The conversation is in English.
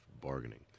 bargaining